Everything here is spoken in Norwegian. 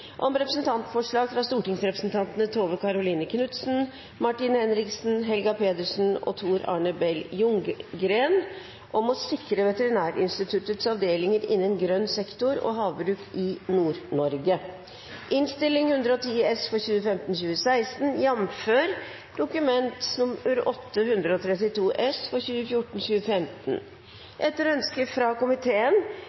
om et representantforslag fra stortingsrepresentantene Tove Karoline Knutsen, Martin Henriksen, Helga Pedersen og Tor Arne Bell Ljunggren om å sikre Veterinærinstituttets avdelinger innen grønn sektor og havbruk i Nord-Norge. Bakgrunnen for forslaget er at Veterinærinstituttets styre vedtok i mars 2014